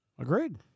Agreed